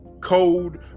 Code